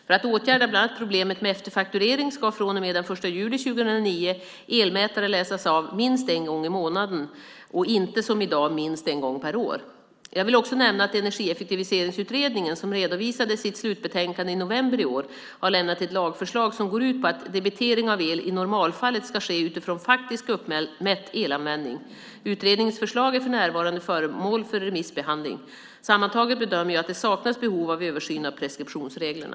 För att åtgärda bland annat problemet med efterfakturering ska från och med den 1 juli 2009 elmätare läsas av minst en gång i månaden och inte som i dag minst en gång per år. Jag vill också nämna att Energieffektiviseringsutredningen, som redovisade sitt slutbetänkande i november i år, har lämnat ett lagförslag som går ut på att debitering av el i normalfallet ska ske utifrån faktiskt uppmätt elanvändning. Utredningens förslag är för närvarande föremål för remissbehandling. Sammantaget bedömer jag att det saknas behov av översyn av preskriptionsreglerna.